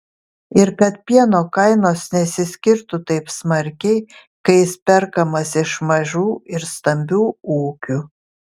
ir kad pieno kainos nesiskirtų taip smarkiai kai jis perkamas iš mažų ir stambių ūkių